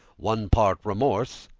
one part remorse,